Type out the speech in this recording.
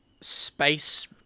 space